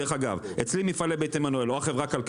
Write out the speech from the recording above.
החוק